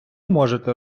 можете